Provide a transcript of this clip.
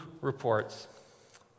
reports